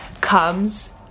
comes